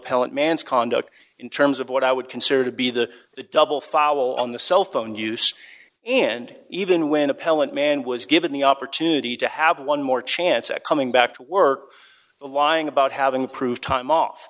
appellate man's conduct in terms of what i would consider to be the double foul on the cellphone use and even when appellant man was given the opportunity to have one more chance at coming back to work lying about having proved time off